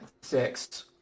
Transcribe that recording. Six